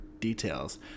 details